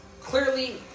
clearly